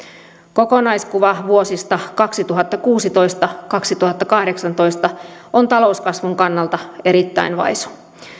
kokonaiskuva vuosista kaksituhattakuusitoista viiva kaksituhattakahdeksantoista on talouskasvun kannalta erittäin vaisu